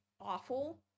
Awful